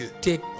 take